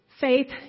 faith